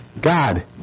God